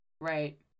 Right